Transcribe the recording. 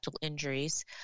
injuries